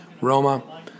Roma